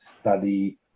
study